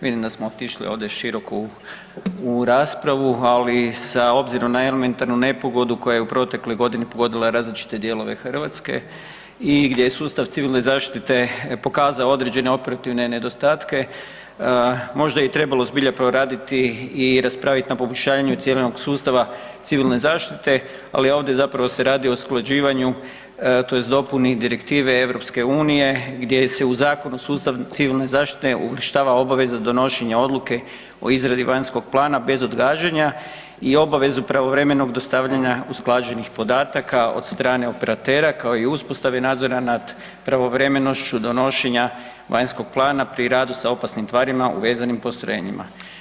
Vidim da smo otišli ovdje široko u raspravu ali sa obzirom na elementarnu nepogodu koja je u protekle godine pogodila različite dijelove Hrvatske i gdje je sustav civilne zaštite pokazao određene operativne nedostatke, možda je i trebalo zbilja poraditi i raspravit na poboljšanju civilnog sustava civilne zaštite ali ovdje zapravo se radi o usklađivanju tj. dopuni direktive EU-a gdje se u Zakonu o sustavu civilne zaštite uvrštava obaveza donošenja odluke o izradi vanjskog plana bez odgađanja i obavezu pravovremenog dostavljanja usklađenih podataka od strane operatera kao i uspostave nadzora nad pravovremenošću donošenja vanjskog plana pri radu sa opasnim tvarima u vezanim postrojenjima.